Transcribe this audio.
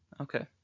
Okay